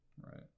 Right